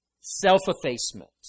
self-effacement